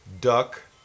duck